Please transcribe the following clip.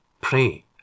pray